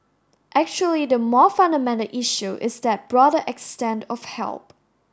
actually the more fundamental issue is that broader extent of help